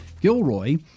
Gilroy